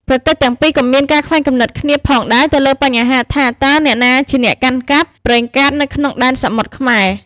ប្រទេសទាំងពីរក៏មានការខ្វែងគំនិតគ្នាផងដែរទៅលើបញ្ហាថា តើអ្នកណាជាអ្នកកាន់កាប់ ប្រេងកាតនៅក្នុងដែនសមុទ្រខ្មែរ។